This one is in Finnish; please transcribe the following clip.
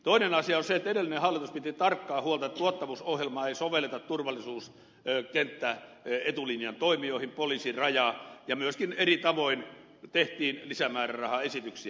toinen asia on se että edellinen hallitus piti tarkkaa huolta että tuottavuusohjelmaa ei sovelleta turvallisuuskenttäetulinjan toimijoihin poliisiin rajaan ja myöskin eri tavoin tehtiin lisämäärärahaesityksiä